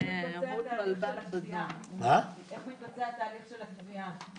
איך מתבצע תהליך התביעה?